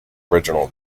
original